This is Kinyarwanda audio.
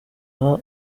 aha